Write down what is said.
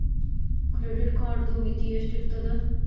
Credit ಕಾರ್ಡದು ಮಿತಿ ಎಷ್ಟ ಇರ್ತದ?